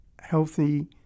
healthy